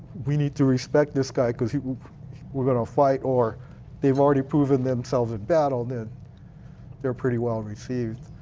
we need to respect this guy because we're going to fight or they've already proven themselves in battle, then they're pretty well received.